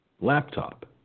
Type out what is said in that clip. laptop